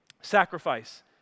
sacrifice